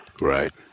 Right